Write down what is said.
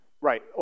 Right